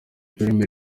filime